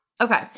Okay